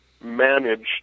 managed